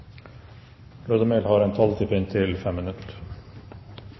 får ordet, har en taletid på inntil